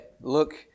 look